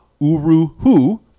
Uruhu